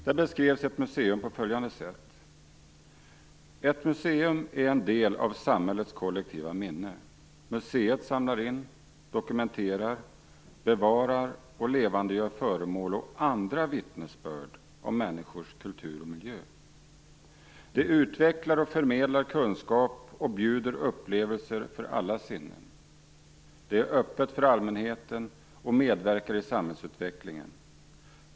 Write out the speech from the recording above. Där beskrevs ett museum på följande sätt: "Ett museum är en del av samhällets kollektiva minne. Museet samlar in, dokumenterar, bevarar och levandegör föremål och andra vittnesbörd om människors kultur och miljö. Det utvecklar och förmedlar kunskap och bjuder upplevelser för alla sinnen. Det är öppet för allmänheten och medverkar i samhällsutvecklingen.